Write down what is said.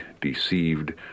deceived